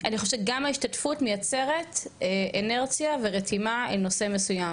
אני חושבת שגם ההשתתפות מייצרת אינרציה ורתימה לנושא מסוים.